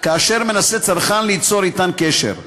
כאשר צרכן מנסה ליצור אתן קשר.